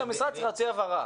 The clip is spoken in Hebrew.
המשרד צריך להוציא הבהרה.